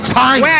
time